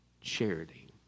charity